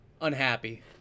unhappy